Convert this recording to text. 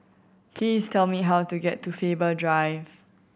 please tell me how to get to Faber Drive